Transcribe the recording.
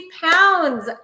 pounds